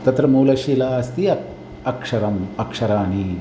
तत्र मूलशिला अस्ति अ अक्षरम् अक्षराणि